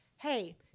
hey